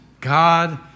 God